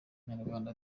umunyarwanda